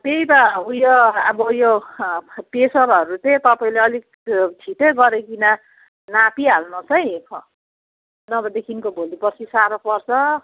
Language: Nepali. त्यही त उ यो अब यो प्रेसरहरू चाहिँ तपाँईँले अलिक छिटै गरिकन नापिहाल्नुहोस् है ख नभएदेखिको भोलि पर्सि साह्रो पर्छ